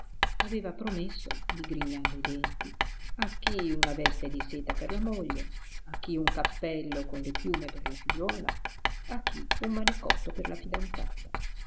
aveva promesso digrignando i denti a chi una veste di seta per la moglie a chi un cappello con le piume per la figliuola a chi un manicotto per la fidanzata